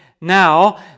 now